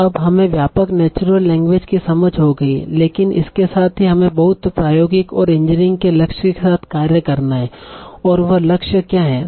अब हमें व्यापक नेचुरल लैंग्वेज की समझ हो गई है लेकिन इसके साथ ही हमें बहुत प्रायौगिक और इंजीनियरिंग के लक्ष्य के साथ कार्य करना है और वह लक्ष्य क्या है